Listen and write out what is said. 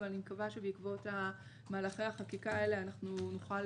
אבל אני מקווה שבעקבות מהלכי החקיקה האלה נוכל